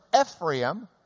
Ephraim